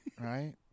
right